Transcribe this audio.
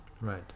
Right